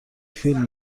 فیلم